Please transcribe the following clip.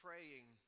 Praying